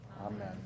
Amen